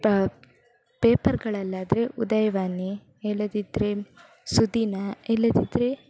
ಪೇಪರ್ಗಳಲ್ಲಾದರೆ ಉದಯವಾಣಿ ಇಲ್ಲದಿದ್ದರೆ ಸುದಿನ ಇಲ್ಲದಿದ್ದರೆ